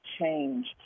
change